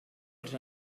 els